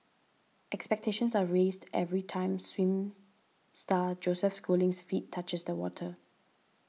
expectations are raised every time swim star Joseph Schooling's feet touches the water